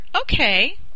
okay